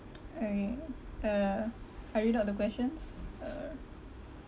okay uh I read out the questions uh